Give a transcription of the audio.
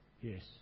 Yes